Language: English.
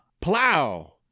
Plow